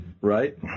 right